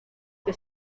que